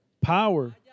power